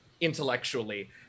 intellectually